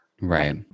Right